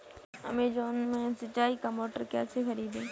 Amazon से सिंचाई का मोटर कैसे खरीदें?